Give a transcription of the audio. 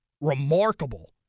remarkable